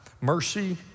Mercy